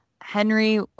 Henry